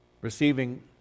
Receiving